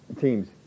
teams